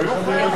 אתה לא חייב.